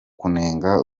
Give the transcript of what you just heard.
kunenga